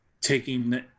taking